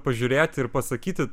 pažiūrėti ir pasakyti